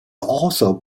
also